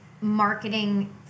marketing